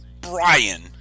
Brian